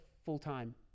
Full-time